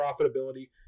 profitability